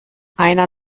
einer